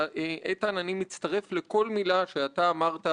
ארבע השנים האחרונות שבהן עבדנו בצמידות,